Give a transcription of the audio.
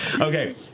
Okay